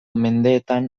mendeetan